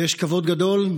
ויש כבוד גדול,